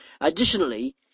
Additionally